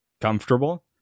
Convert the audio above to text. comfortable